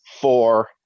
four